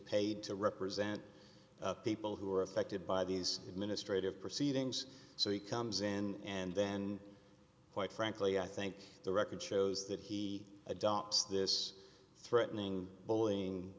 paid to represent people who are affected by these administrative proceedings so he comes in and then quite frankly i think the record shows that he adopts this threatening bullying